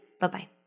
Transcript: Bye-bye